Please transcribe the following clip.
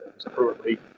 currently